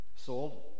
sold